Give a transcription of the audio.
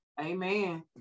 Amen